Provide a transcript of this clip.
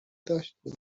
داشتیم